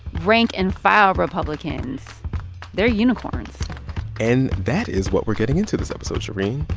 rank-and-file republicans they're unicorns and that is what we're getting into this episode, shereen.